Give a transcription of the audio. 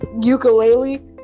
ukulele